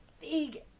big